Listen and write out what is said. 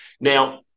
Now